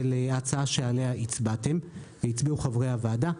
ההצעה שעליה הצבעתם והצביעו חברי הוועדה.